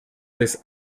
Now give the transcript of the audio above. des